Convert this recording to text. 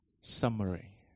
Summary